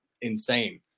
insane